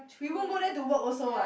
we won't go there to work also what